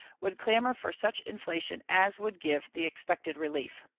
would clamor for such inflation as would give the expected relief.